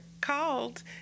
called